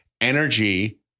energy